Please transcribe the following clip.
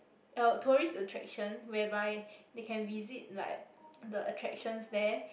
uh tourist attraction whereby they can visit like the attractions there